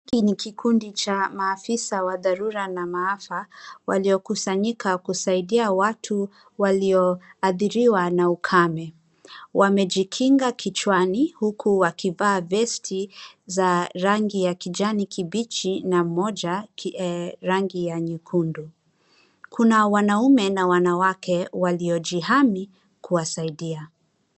Hiki ni kikundi cha maafisa wa dharura na maafa, waliokusanyika kusaidia watu walioathiriwa na ukame. Wamejikinga kichwani huku wakivaa vest za rangi ya kijani kibichi na mmoja rangi ya nyekundu. Kuna wanaume na wanawake waliojihami kuwasaidia.